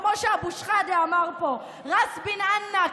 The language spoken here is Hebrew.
כמו שאבו שחאדה אמר פה: ראס בן ענאכ,